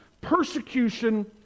persecution